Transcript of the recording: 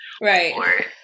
right